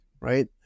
right